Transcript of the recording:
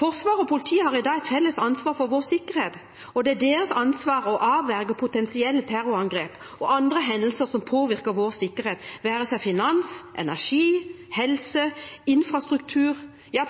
Forsvar og politi har i dag et felles ansvar for vår sikkerhet, og det er deres ansvar å avverge potensielle terrorangrep og andre hendelser som påvirker vår sikkerhet, det være seg finans, energi, helse eller infrastruktur – ja,